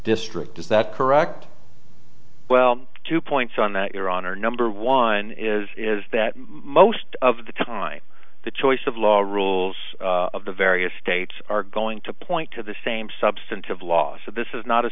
district is that correct well two points on that your honor number one is that most of the time the choice of law rules of the various states are going to point to the same substantive law so this is not a